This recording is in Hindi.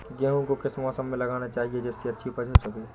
गेहूँ को किस मौसम में लगाना चाहिए जिससे अच्छी उपज हो सके?